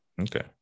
okay